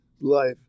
life